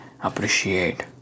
appreciate